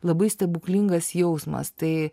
labai stebuklingas jausmas tai